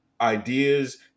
ideas